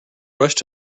rushed